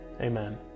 amen